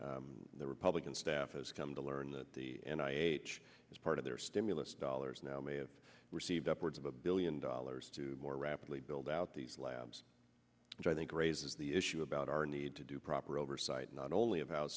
the republican staff has come to learn that the and i h as part of their stimulus dollars now may have received upwards of a billion dollars to more rapidly build out these labs which i think raises the issue about our need to do proper oversight not only of ho